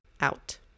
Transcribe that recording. out